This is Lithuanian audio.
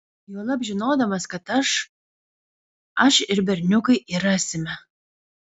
juolab žinodamas kad aš aš ir berniukai jį rasime